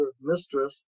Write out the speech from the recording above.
mistress